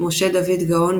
משה דוד גאון,